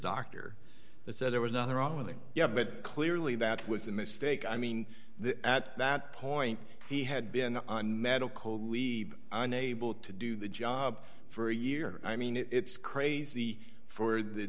doctor that said there was nothing wrong with yeah but clearly that was a mistake i mean the at that point he had been on medical leave unable to do the job for a year i mean it's crazy for the